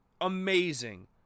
amazing